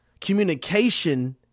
communication